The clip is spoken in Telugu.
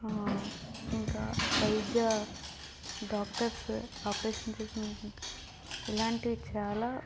ఇంకా వైద్య డాక్టర్స్ ఆపరేషన్ చేసినాక ఇలాంటివి చాలా